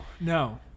no